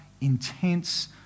intense